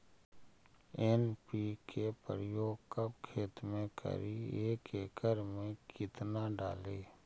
NPK प्रयोग कब खेत मे करि एक एकड़ मे कितना डाली?